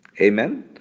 Amen